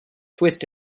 twist